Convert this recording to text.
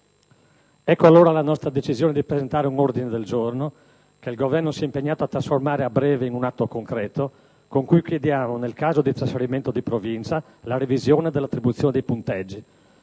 Ecco allora la nostra decisione di presentare un ordine del giorno, che il Governo si è impegnato a trasformare a breve in un atto concreto, con cui chiediamo, nel caso di trasferimento di Provincia, la revisione dell'attribuzione dei punteggi.